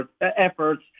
efforts